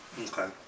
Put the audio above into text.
Okay